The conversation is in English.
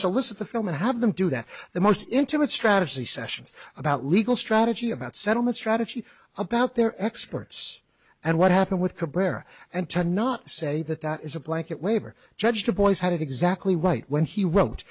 solicit the film and have them do that the most intimate strategy sessions about legal strategy about settlement strategy about their exports and what happened with cabrera and to not say that that is a blanket waiver judge the boys had it exactly right when he wrote